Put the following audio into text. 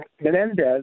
Menendez